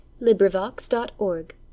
LibriVox.org